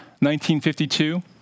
1952